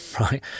right